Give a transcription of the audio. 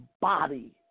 body